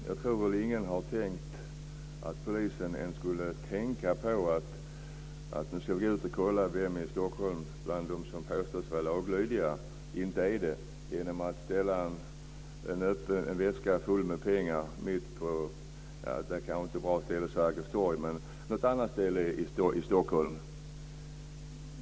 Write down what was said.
Fru talman! Jag tror att ingen har tänkt sig att polisen ska ut och kontrollera vilka bland dem som påstås vara laglydiga i Stockholm som inte är det genom att ställa en väska full med pengar mitt på Sergels torg eller något annat ställe.